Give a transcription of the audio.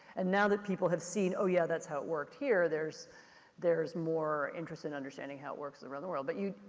and now that people have seen oh yeah, that's how it worked here, there's there's more interest in understanding how it works around the world. but you,